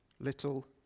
little